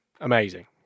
amazing